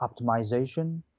optimization